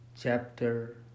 Chapter